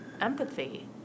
empathy